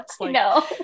no